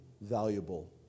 valuable